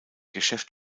geschäft